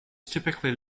typically